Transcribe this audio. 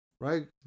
right